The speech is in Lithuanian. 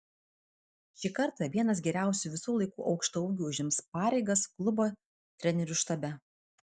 šį kartą vienas geriausių visų laikų aukštaūgių užims pareigas klubo trenerių štabe